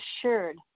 assured